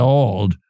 old